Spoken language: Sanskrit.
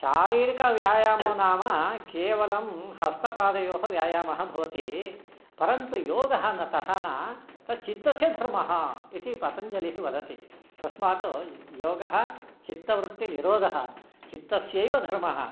शारीरिकव्यायामो नाम केवलं हस्तपादयोः व्यायामः भवति परन्तु योगः न तथा न तत् चित्तस्य धर्मः इति पतञ्जलिः वदति तस्मात् योगः चित्तवृत्तिनिरोधः चित्तस्यैव धर्मः